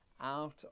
out